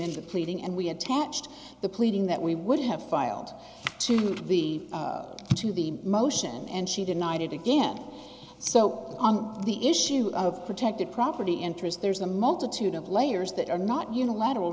been pleading and we attached the pleading that we would have filed to the to the motion and she denied it again so on the issue of protected property interests there's a multitude of layers that are not unilateral